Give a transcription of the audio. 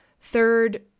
third